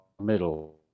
middle